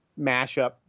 mashup